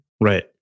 Right